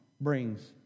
brings